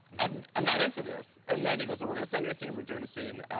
and i'm not into this. and then he goes, we're we're going to send you a scene. we're doing a scene.